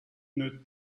une